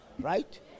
Right